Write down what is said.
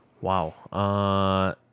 Wow